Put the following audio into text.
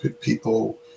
people